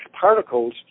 particles